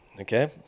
Okay